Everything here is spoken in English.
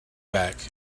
back